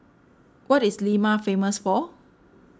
what is Lima famous for